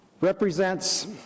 represents